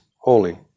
holy